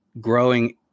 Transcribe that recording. growing